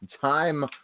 time